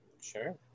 Sure